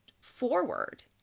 forward